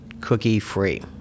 cookie-free